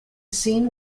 seen